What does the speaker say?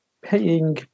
paying